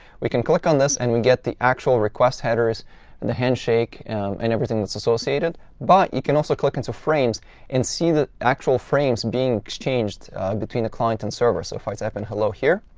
we can click on this, and we get the actual request headers and the handshake and everything that's associated. but you can also click into frames and see the actual frames being exchanged between the client and server. so if i type in hello here,